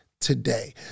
today